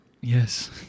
Yes